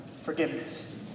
forgiveness